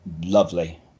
lovely